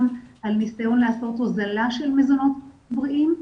על נסיון לעשות הוזלה של מזונות בריאים,